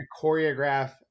choreograph